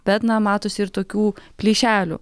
bet matosi ir tokių plyšelių